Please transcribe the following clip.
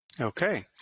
Okay